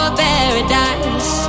paradise